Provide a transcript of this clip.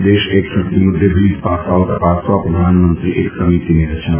એક દેશ એક ચૂંટણી મુદ્દે વિવિધ પાસાંઓ તપાસવા પ્રધાનમંત્રી એક સમિતિની રચના કરશે